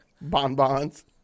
Bonbons